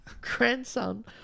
grandson